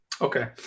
Okay